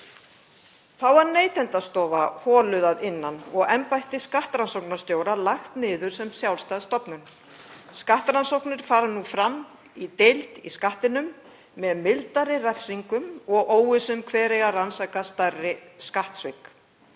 Þá var Neytendastofa holuð að innan og embætti skattrannsóknarstjóra lagt niður sem sjálfstæð stofnun. Skattrannsóknir fara nú fram í deild í Skattinum með mildari refsingum og óvissu um hver eigi að rannsaka stærri skattsvikamál.